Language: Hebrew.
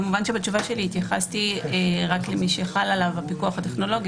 כמובן שבתשובה שלי התייחסתי רק למי שחל עליו הפיקוח הטכנולוגי,